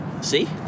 See